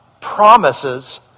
promises